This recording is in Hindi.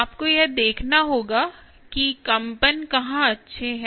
आपको यह देखना होगा कि कंपन कहाँ अच्छे हैं